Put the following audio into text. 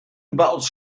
überaus